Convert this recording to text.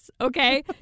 Okay